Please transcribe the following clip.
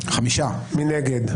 מי נגד?